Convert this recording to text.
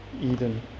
Eden